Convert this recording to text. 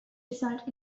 result